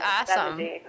awesome